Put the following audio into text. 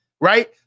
Right